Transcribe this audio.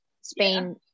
Spain